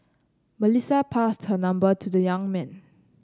Melissa passed her number to the young man